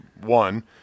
one